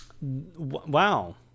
Wow